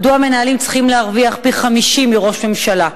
מדוע מנהלים צריכים להרוויח פי-50 מראש ממשלה?